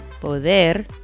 poder